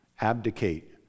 Abdicate